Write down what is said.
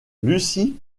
lucy